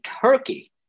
Turkey